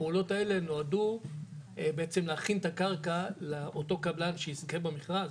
הפעולות האלה נועדו בעצם להכין את הקרקע לאותו קבלן שיזכה במכרז.